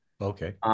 Okay